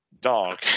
Dog